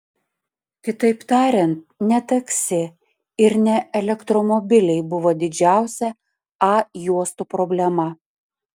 kitaip tariant ne taksi ir ne elektromobiliai buvo didžiausia a juostų problema